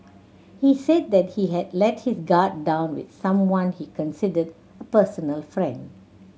he said that he had let his guard down with someone he considered a personal friend